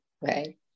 Right